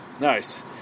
nice